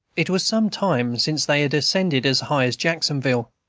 it was some time since they had ascended as high as jacksonville,